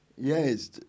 Yes